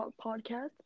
podcast